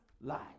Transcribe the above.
lie